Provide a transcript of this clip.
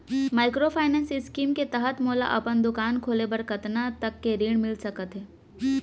Microfinance scheme के तहत मोला अपन दुकान खोले बर कतना तक के ऋण मिलिस सकत हे?